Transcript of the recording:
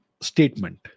statement